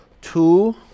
Two